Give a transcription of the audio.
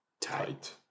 tight